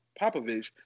Popovich